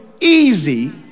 easy